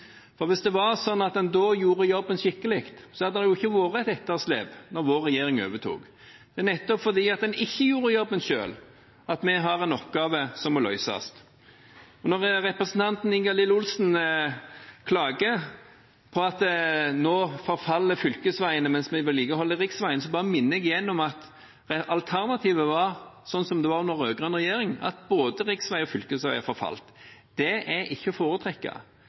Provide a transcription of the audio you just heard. førte. Hvis det var slik at en hadde gjort jobben skikkelig, hadde det ikke vært et etterslep da denne regjeringen overtok. Men nettopp fordi en ikke gjorde jobben selv, har vi en oppgave som må løses. Representanten Ingalill Olsen klager på at nå forfaller fylkesveiene mens vi vedlikeholder riksveiene. Da bare minner jeg igjen om at alternativet var, sånn som det var under den rød-grønne regjeringen, at både riksveier og fylkesveier forfalt. Det er ikke å foretrekke.